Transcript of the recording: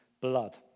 blood